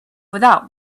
without